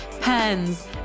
pens